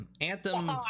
Anthem